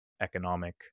economic